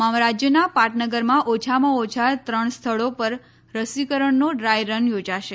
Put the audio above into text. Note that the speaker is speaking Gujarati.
તમામ રાજ્યોના પાટનગરમાં ઓછામાં ઓછા ત્રણ સ્થળો પર રસીકરણનો ડ્રાય રન યોજાશે